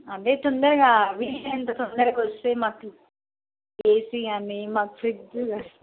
అదే తొందరగా వీలైనంత తొందరగా వస్తే మాకు ఏసీ గానీ మాకు ఫ్రిడ్జ్ గానీ